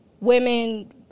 women